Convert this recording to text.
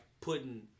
putting